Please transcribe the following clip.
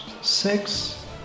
Six